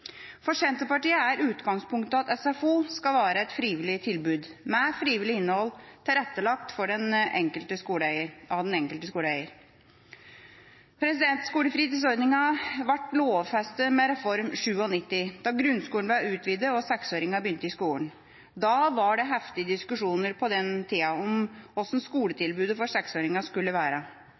For Senterpartiet er utgangspunktet at SFO skal være et frivillig tilbud, med frivillig innhold tilrettelagt av den enkelte skoleeier. Skolefritidsordningen ble lovfestet med Reform 97, da grunnskolen ble utvidet og 6-åringene begynte i skolen. Det var heftige diskusjoner på den tida om hvordan skoletilbudet for 6-åringene skulle være.